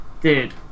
Dude